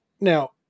Now